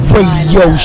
Radio